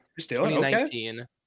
2019